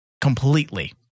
Completely